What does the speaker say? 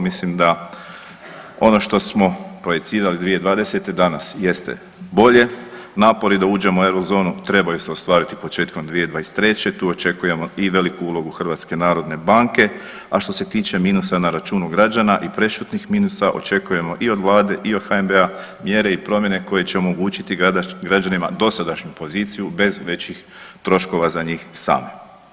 Mislim da ono što smo projicirali 2020. danas jeste bolje, napori da uđemo u Eurozonu trebaju se ostvariti početkom 2023., tu očekujemo i veliku ulogu HNB-a, a što se tiče minusa na računu građana i prešutnih minusa, očekujemo i od Vlade i od HNB-a mjere i promjene koje će omogućiti građanima dosadašnju poziciju bez većih troškova za njih same.